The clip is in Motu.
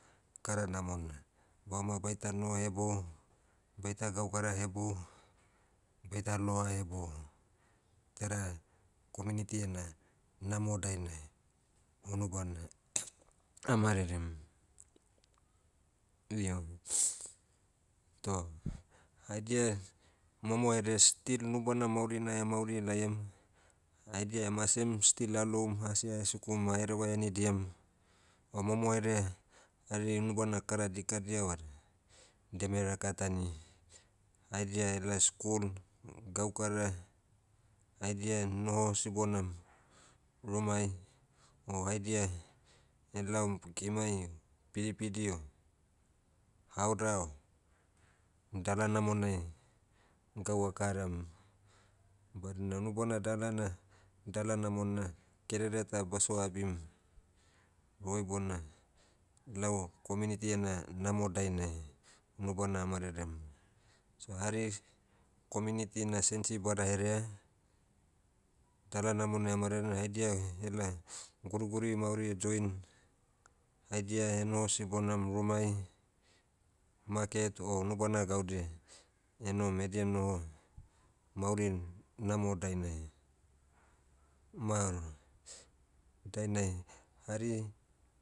Kara namona. Baoma baita noho hebou, baita gaukara hebou, baita loa hebou, teda, community ena, namo dainai, unubana, ah marerem. Io, toh, haidia, momoherea still unubana maurina mauri laiam. Haidia emasem still aloum asi ahesikum ahereva henidiam. O momoherea, hari unubana kara dikadia vada, deme rakatani. Haidia ela school, gaukara, haidia noho sibonam, rumai. O haidia, elaom kimai o pidipidi o, haoda o. Dala namonai, gau akaram, badina unubana dalana, dala namona, kerere ta baso abim, oi bona, lau community ena namo dainai, unubana ah marerem. So hari community na sensi badaherea, dala namona mare haidia ela, guriguri mauri join, haidia enoho sibonam rumai, maket o unubana gaudia, enom edia noho, mauri namo dainai. Maoro. Dainai, hari